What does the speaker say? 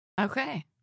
Okay